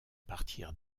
partir